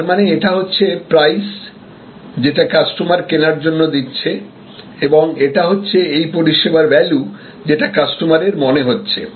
তার মানে এটা হচ্ছে প্রাইস যেটা কাস্টমার কেনার জন্য দিচ্ছে এবং এটা হচ্ছে এই পরিষেবার ভ্যালু যেটা কাস্টমারের মনে হচ্ছে